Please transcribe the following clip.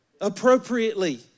appropriately